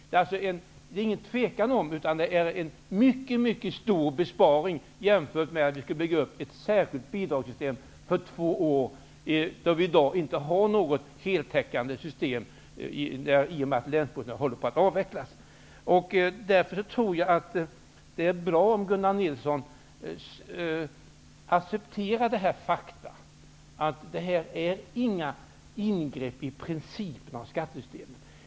Det är inget tvivel om att det blir en mycket stor besparing jämfört med kostnaden för att bygga upp ett särskilt bidragssystem för två år. Vi har i dag, i och med att länsbostadsnämnderna håller på att avvecklas, inte något heltäckande system. Det vore bra om Gunnar Nilsson accepterade det faktum att det inte är fråga om något ingrepp i principerna för skattesystemet.